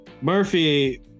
Murphy